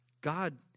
God